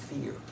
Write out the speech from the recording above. fear